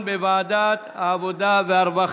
להצבעה על הצעת חוק הביטוח הלאומי